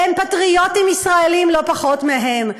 והם פטריוטים ישראלים לא פחות מהם,